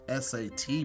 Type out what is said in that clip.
SAT